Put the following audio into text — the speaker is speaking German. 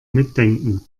mitdenken